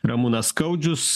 ramūnas skaudžius